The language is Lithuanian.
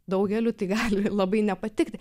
daugeliui tai gali ir labai nepatikti